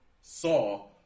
Saw